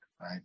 right